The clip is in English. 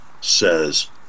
says